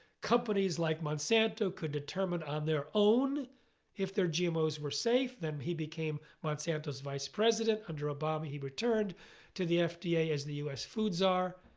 companies like monsanto could determine on their own if their gmos were safe. then he became monsanto's vice president under obama. he returned to the fda as the us foods czar.